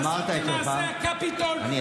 הערות ביניים זה לא נאומים.